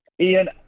Ian